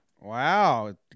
Wow